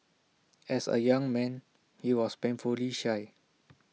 as A young man he was painfully shy